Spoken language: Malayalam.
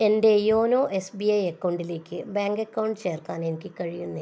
എൻ്റെ യോനോ എസ് ബി ഐ അക്കൗണ്ടിലേക്ക് ബാങ്ക് അക്കൗണ്ട് ചേർക്കാൻ എനിക്ക് കഴിയുന്നില്ല